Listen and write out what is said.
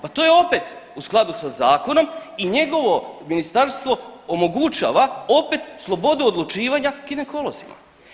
Pa to je opet u skladu sa zakonom i njegovo ministarstvo omogućava opet slobodu odlučivanja ginekolozima.